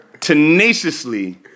tenaciously